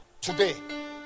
today